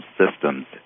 systems